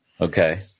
Okay